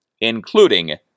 including